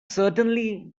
certainly